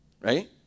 right